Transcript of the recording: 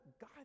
God